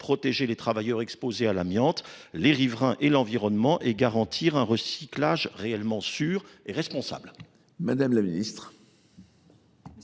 protéger les travailleurs exposés à l’amiante, ainsi que les riverains et l’environnement, et garantir un recyclage réellement sûr et responsable